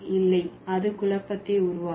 இல்லை அது குழப்பத்தை உருவாக்கும்